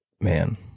Man